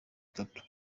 itatu